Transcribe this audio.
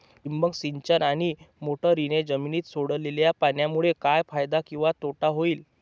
ठिबक सिंचन आणि मोटरीने जमिनीत सोडलेल्या पाण्यामुळे काय फायदा किंवा तोटा होईल?